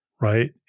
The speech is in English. right